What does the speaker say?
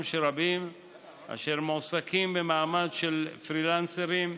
של רבים אשר מועסקים במעמד של פרילנסרים,